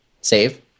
Save